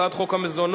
הצעת חוק המזונות